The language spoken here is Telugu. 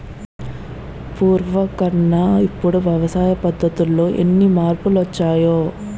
పూర్వకన్నా ఇప్పుడు వ్యవసాయ పద్ధతుల్లో ఎన్ని మార్పులొచ్చాయో